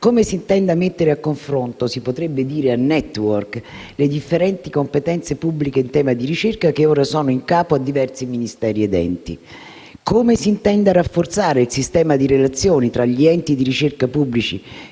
come si intenda mettere a confronto, si potrebbe dire a *network*, le differenti competenze pubbliche in tema di ricerca, che ora sono in capo a diversi Ministeri ed enti. Le chiediamo inoltre come si intenda rafforzare il sistema di relazioni tra gli enti di ricerca pubblici